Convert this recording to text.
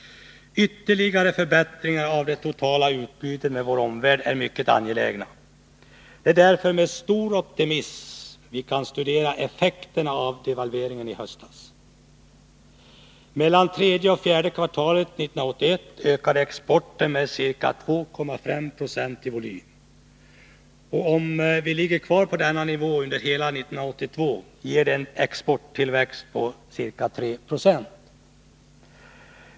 Ytterligare förbättringar när det gäller det totala utbytet med vår omvärld är mycket angelägna. Det är därför med stor optimism vi kan studera effekterna av devalveringen i höstas. Mellan tredje och fjärde kvartalet 1981 ökade exporten med ca 2,5 26 i volym. Om vi ligger kvar på denna nivå under hela 1982, ger det en exporttillväxt på ca 3 70.